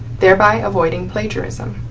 thereby avoiding plagiarism.